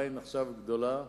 היא עדיין גדולה עכשיו,